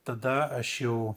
tada aš jau